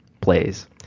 plays